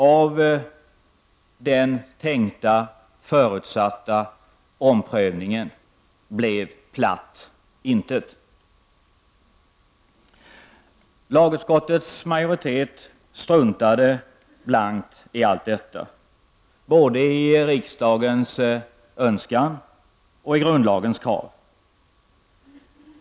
Av den tänkta, förutsatta omprövningen blev platt intet. Lagutskottets majoritet struntade blankt i allt detta, både i riksdagens önskan och i grundlagens krav.